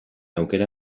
aukera